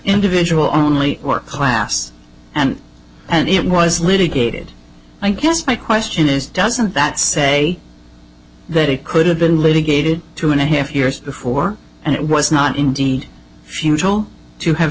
individual only or class and and it was litigated i guess my question is doesn't that say that it could have been litigated two and a half years before and it was not indeed futile to have